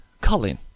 Colin